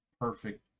perfect